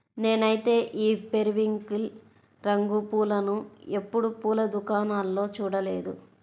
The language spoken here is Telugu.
నేనైతే ఈ పెరివింకిల్ రంగు పూలను ఎప్పుడు పూల దుకాణాల్లో చూడలేదు